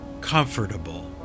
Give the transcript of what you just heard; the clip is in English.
comfortable